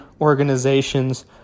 organizations